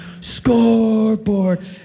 scoreboard